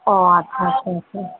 ও আচ্ছা আচ্ছা হ্যাঁ